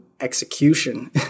execution